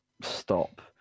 stop